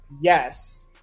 Yes